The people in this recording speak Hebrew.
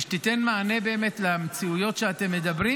שתיתן מענה באמת למציאויות שאתם מדברים,